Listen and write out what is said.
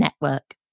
Network